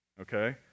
okay